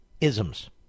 isms